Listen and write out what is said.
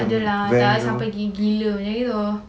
takde lah tak sampai gila gila macam gitu